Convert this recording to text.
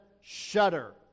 shudder